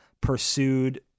pursued